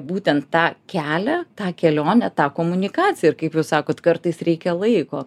būtent tą kelią tą kelionę tą komunikaciją ir kaip jūs sakot kartais reikia laiko